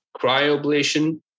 cryoablation